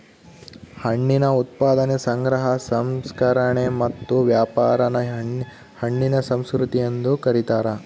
ಹಣ್ಣಿನ ಉತ್ಪಾದನೆ ಸಂಗ್ರಹ ಸಂಸ್ಕರಣೆ ಮತ್ತು ವ್ಯಾಪಾರಾನ ಹಣ್ಣಿನ ಸಂಸ್ಕೃತಿ ಎಂದು ಕರೀತಾರ